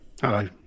Hello